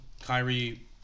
Kyrie